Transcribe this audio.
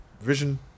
Vision